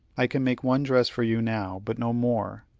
i can make one dress for you now, but no more.